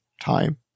time